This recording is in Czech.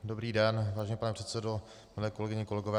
Dobrý den, vážený pane předsedo, milé kolegyně, kolegové.